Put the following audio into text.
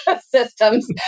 systems